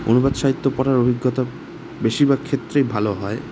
অনুবাদ সাহিত্য পড়ার অভিজ্ঞতা বেশিরভাগ ক্ষেত্রেই ভালো হয়